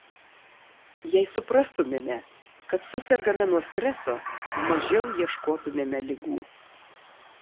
jei suprastumėme kad susergame nuo streso mažiau ieškotumėme ligų